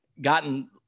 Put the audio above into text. gotten